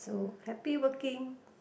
so happy working